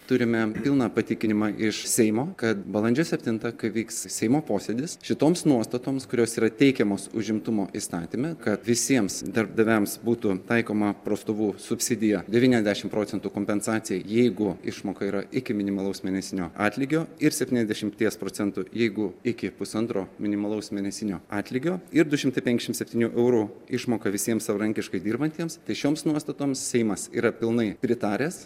turime pilną patikinimą iš seimo kad balandžio septintą kai vyks seimo posėdis šitoms nuostatoms kurios yra teikiamos užimtumo įstatyme kad visiems darbdaviams būtų taikoma prastovų subsidija devyniasdešimt procentų kompensacija jeigu išmoka yra iki minimalaus mėnesinio atlygio ir septyniasdešimties procentų jeigu iki pusantro minimalaus mėnesinio atlygio ir du šimtai penkiasdešimt septynių eurų išmoka visiems savarankiškai dirbantiems tai šioms nuostatoms seimas yra pilnai pritaręs